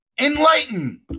enlighten